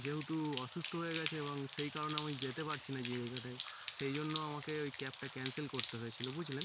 যেহুতু অসুস্থ হয়ে গেছে এবং সেই কারণে আমি যেতে পারছি না জায়গাটায় সেই জন্য আমাকে ওই ক্যাবটা ক্যান্সেল করতে হয়েছিলো বুঝলেন